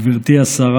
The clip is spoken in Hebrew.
גברתי השרה.